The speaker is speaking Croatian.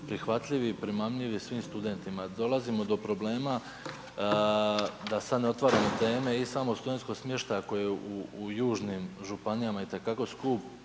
prihvatljivi i primamljivi svim studentima. Dolazimo do problema da sad ne otvaramo teme, i samog studentskog smještaja koji je u južnim županijama itekako skup,